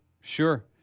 sure